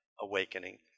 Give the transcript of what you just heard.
awakening